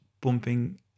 bumping